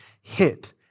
hit